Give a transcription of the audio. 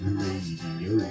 radio